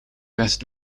best